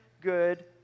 good